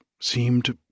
seemed